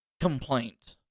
complaint